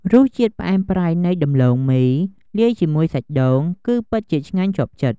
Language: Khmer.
រសជាតិផ្អែមប្រៃនៃដំឡូងមីលាយជាមួយសាច់ដូង គឺពិតជាឆ្ងាញ់ជាប់ចិត្ត។